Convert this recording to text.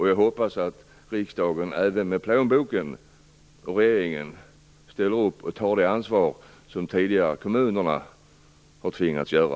Jag hoppas att riksdagen och regeringen även med plånboken ställer upp och tar det ansvar som kommunerna tidigare har tvingats göra.